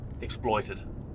exploited